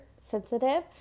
sensitive